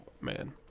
Man